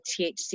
THC